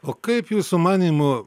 o kaip jūsų manymu